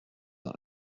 dans